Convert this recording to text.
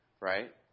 right